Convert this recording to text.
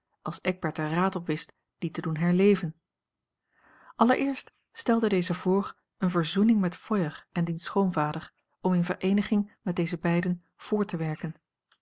als eckbert er raad op wist die te doen herleven allereerst stelde deze voor eene verzoening met feuer en diens schoonvader om in vereeniging met deze beiden voort te werken